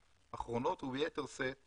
האחרונות, וביתר שאת